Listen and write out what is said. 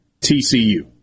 TCU